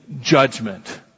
judgment